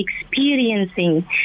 experiencing